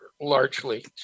largely